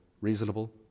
reasonable